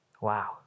Wow